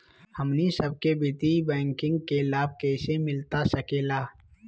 हमनी सबके वित्तीय बैंकिंग के लाभ कैसे मिलता सके ला?